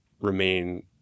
remain